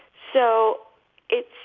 so it's.